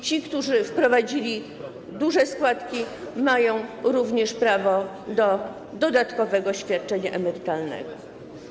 Ci, którzy wprowadzili duże składki, mają również prawo do dodatkowego świadczenia emerytalnego.